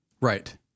right